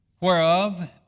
Whereof